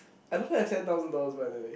I don't have ten thousand dollars by the way